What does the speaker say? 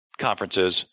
conferences